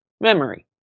memory